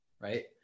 right